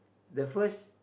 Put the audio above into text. the first